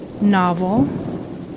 novel